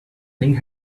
thing